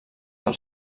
del